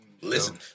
listen